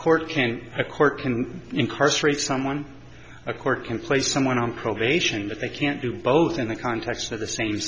a court can incarcerate someone a court can play someone on probation but they can't do both in the context of the same